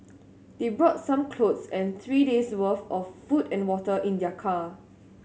they brought some clothes and three days worth of food and water in their car